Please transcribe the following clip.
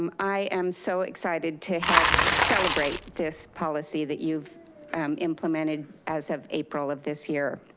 um i am so excited to help celebrate this policy that you've implemented as of april of this year.